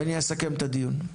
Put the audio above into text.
ואני אסכם את הדיון.